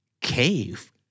Cave